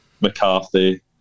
McCarthy